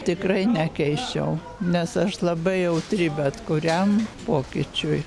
tikrai nekeisčiau nes aš labai jautri bet kuriam pokyčiui